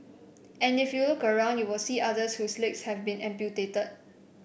and if you look around you will see others whose legs have been amputated